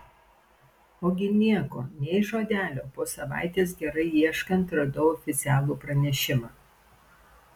ogi nieko nei žodelio po savaitės gerai ieškant radau oficialų pranešimą